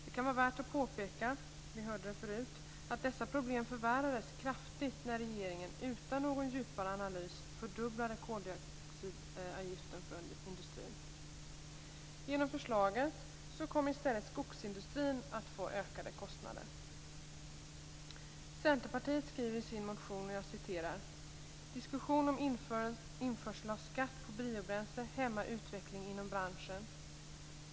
Det kan vara värt att påpeka - vi hörde det förut - att dessa problem förvärrades kraftigt när regeringen, utan någon djupare analys, fördubblade koldioxidavgiften för industrin. Genom förslaget kommer i stället skogsindustrin att få ökade kostnader. Centerpartiet skriver i sin motion: "- diskussion om införsel av skatt på biobränsle hämmar utvecklingen inom branschen."